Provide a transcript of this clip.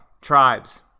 tribes